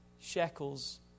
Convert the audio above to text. shekels